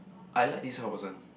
I like this kind of person